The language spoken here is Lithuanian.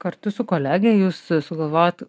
kartu su kolege jūs sugalvojot